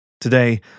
Today